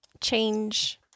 change